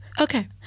okay